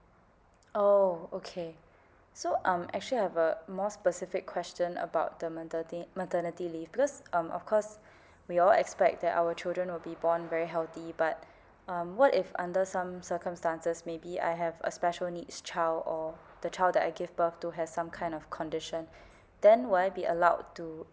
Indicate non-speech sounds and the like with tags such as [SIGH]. oh okay so um actually I have a more specific question about the maternity maternity leave because um of course [BREATH] we all expect that our children will be born very healthy but um what if under some circumstances maybe I have a special needs child or the child that I gave birth to have some kind of condition [BREATH] then will I be allowed to